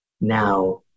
Now